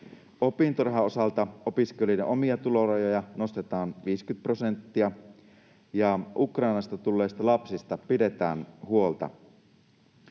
Opintorahan osalta opiskelijoiden omia tulorajoja nostetaan 50 prosenttia, ja Ukrainasta tulleista lapsista pidetään huolta.